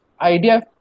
idea